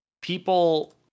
people